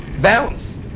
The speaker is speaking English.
balance